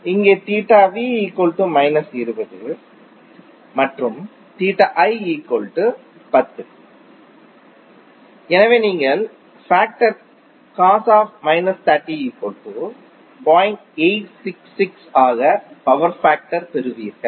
இங்கே மற்றும் எனவே நீங்கள் ஃபேக்டர் ஆக பவர் ஃபேக்டர் பெறுவீர்கள்